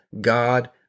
God